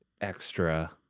extra